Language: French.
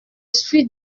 suis